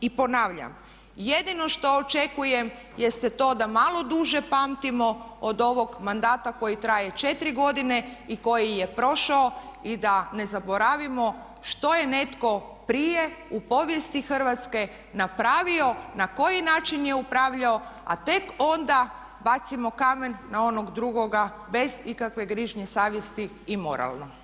I ponavljam, jedino što očekujem jeste to da malo duže pamtimo od ovog mandata koji traje 4 godine i koji je prošao i da ne zaboravimo što je netko prije u povijesti Hrvatske napravio, na koji način je upravljao a tek onda bacimo kamen na onog drugoga bez ikakve grižnje savjesti i moralno.